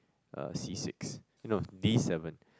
uh C six eh no D seven